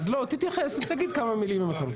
לא, תתייחס, תגיד כמה מילים אם אתה רוצה.